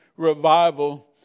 Revival